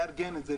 לארגן את זה.